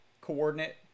coordinate